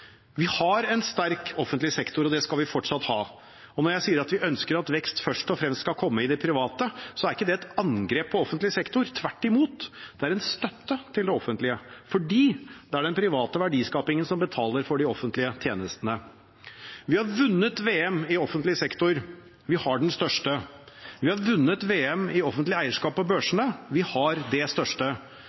Vi har en sterk offentlig sektor, og det skal vi fortsatt ha. Når jeg sier at vi ønsker at vekst først og fremst skal komme i det private, er ikke det et angrep på offentlig sektor. Tvert imot – det er en støtte til det offentlige fordi det er den private verdiskapingen som betaler for de offentlige tjenestene. Vi har vunnet VM i offentlig sektor. Vi har den største. Vi har vunnet VM i offentlig eierskap på børsene. Vi har det største.